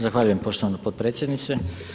Zahvaljujem poštovana potpredsjednice.